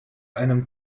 einem